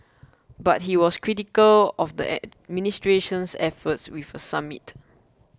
but he was critical of the administration's efforts with a summit